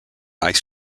ice